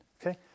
Okay